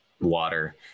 water